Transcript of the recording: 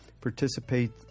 participate